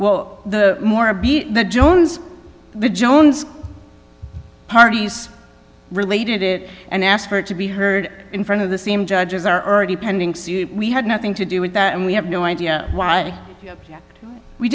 well the more of the jones the jones parties related it and asked for it to be heard in front of the same judges are already pending we had nothing to do with that and we have no idea why we